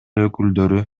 өкүлдөрү